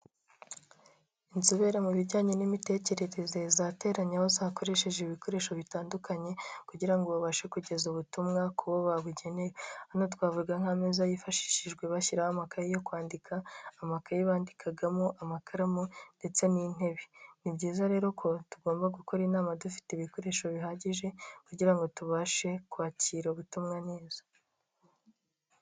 Inzobere mu bijyanye n'imitekerereze zateranye aho zakoresheje ibikoresho bitandukanye kugira ngo babashe kugeza ubutumwa ku bo babugeneye. Hano twavuga nk'ameza yifashishijwe bashyiraho amakaye yo kwandika, amakaye bandikagamo, amakaramu ndetse n'intebe. Ni byiza rero ko tugomba gukora inama dufite ibikoresho bihagije kugira ngo tubashe kwakira ubutumwa neza.